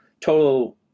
total